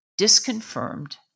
disconfirmed